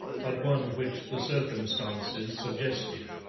but one which the circumstances suggested.